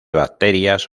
bacterias